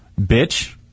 Bitch